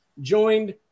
joined